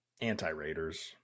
Anti-Raiders